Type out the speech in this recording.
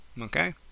okay